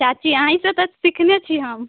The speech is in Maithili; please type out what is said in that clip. चाची अहिसँ तऽ सीखने छी हम